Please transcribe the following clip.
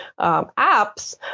apps